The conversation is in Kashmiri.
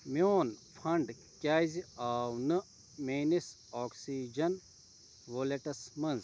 میٛون فنٛڈ کیٛازِ آو نہٕ میٛٲنِس آکسِجن وولیٚٹَس منٛز